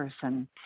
person